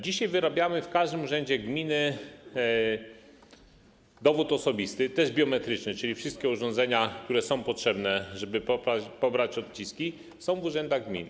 Dzisiaj wyrabiamy w każdym urzędzie gminy dowód osobisty, też biometryczny, czyli wszystkie urządzenia, które są potrzebne, żeby pobrać odciski, są w urzędach gmin.